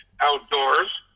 outdoors